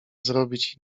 zrobić